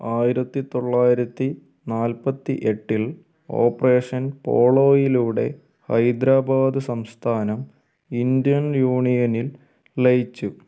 ആയിരത്തി തൊള്ളായിരത്തി നാൽപത്തി എട്ടിൽ ഓപ്പറേഷൻ പോളോയിലൂടെ ഹൈദരാബാദ് സംസ്ഥാനം ഇന്ത്യൻ യൂണിയനിൽ ലയിച്ചു